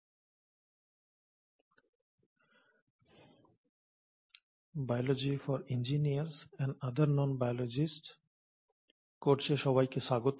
"biology for engineers and other non biologists" কোর্সে সবাইকে স্বাগত